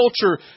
culture